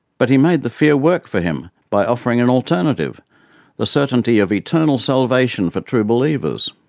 but he made the fear work for him, by offering an alternative the certainty of eternal salvation for true believers.